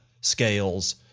scales